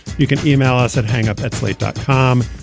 you can yeah e-mail us at hang-up at slate dot com.